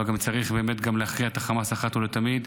אבל גם צריך באמת להכריע את החמאס אחת ולתמיד,